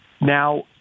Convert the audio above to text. now